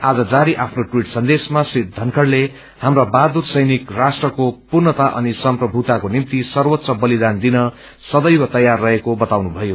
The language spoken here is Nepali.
आज जारी आफ्नो ट्वीट सन्देशमा श्री धनखड़ले सम्रा बह्नुदर सैनिक राष्ट्रको पूर्णता अनि सम्प्रभुताको निम्त सर्वोच्च बलिदान रिन सरैव तयार रहेको बताउनु भएको छ